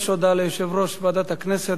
התשע"ב 2012, לוועדת הכנסת